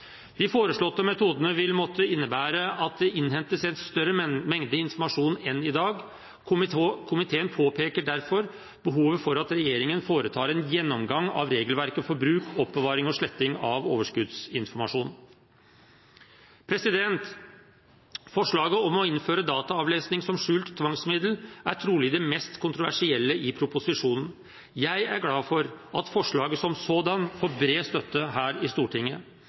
De foreslåtte metodene vil måtte innebære at det innhentes en større mengde informasjon enn i dag. Komiteen påpeker derfor behovet for at regjeringen foretar en gjennomgang av regelverket for bruk, oppbevaring og sletting av overskuddsinformasjon. Forslaget om å innføre dataavlesning som skjult tvangsmiddel er trolig det mest kontroversielle i proposisjonen. Jeg er glad for at forslaget som sådant får bred støtte her i Stortinget.